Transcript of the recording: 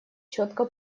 четко